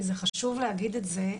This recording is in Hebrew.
כי חשוב להגיד את זה,